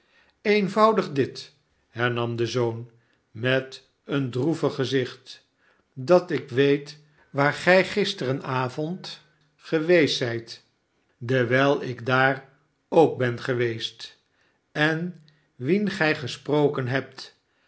eenvoudig dit hernam de zoon met een droevig gezicht dat ik weet waar gij gisteravond geweest zijt dewijl ik daar ook ben geweest en wien gij gesproken hebt